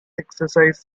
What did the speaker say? exercise